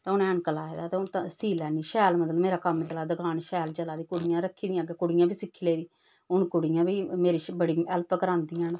ते हून ऐनक लाए दे ते सी लैन्नी शैल ते मतलब मेरा कम्म चलादा दकान शैल चला दी कोई कुड़ियां रक्खी दियां ते कुड़ियें बी सिक्खी लेई हून कुड़ियां बी मेरी किश बड़ी हैल्प करांदियां